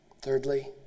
Thirdly